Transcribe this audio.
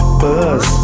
buzz